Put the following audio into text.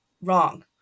wrong